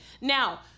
Now